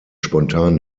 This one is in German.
spontan